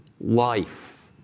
life